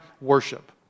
worship